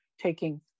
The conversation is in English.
taking